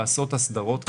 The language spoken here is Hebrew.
לעשות הסדרות כאלה,